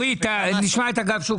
אורית, נשמע את אגף שוק ההון.